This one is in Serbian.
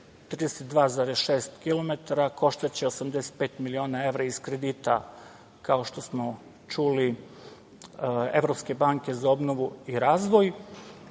32,6 kilometara, koštaće 85 miliona evra iz kredita, kao što smo čuli, Evropske banke za obnovu i razvoj.